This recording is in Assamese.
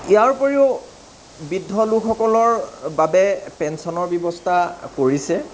ইয়াৰ উপৰিও বৃদ্ধ লোকসকলৰ বাবে পেঞ্চনৰ ব্যৱস্থা কৰিছে